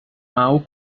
mau